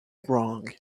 wrong